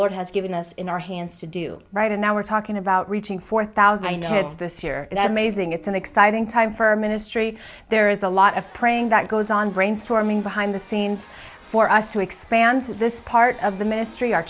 lord has given us in our hands to do right and now we're talking about reaching four thousand hits this year and i mazing it's an exciting time for our ministry there is a lot of praying that goes on brainstorming behind the scenes for us to expand this part of the ministry our